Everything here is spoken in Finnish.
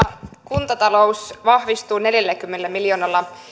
kuntatalous vahvistuu neljälläkymmenellä miljoonalla